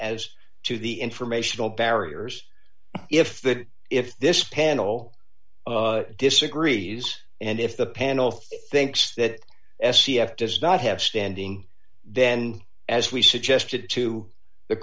as to the informational barriers if that if this panel disagrees and if the panel thinks that s p f does not have standing then as we suggested to the